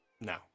No